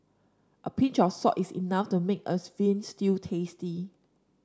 a pinch of salt is enough to make a veal stew tasty